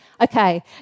Okay